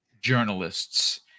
journalists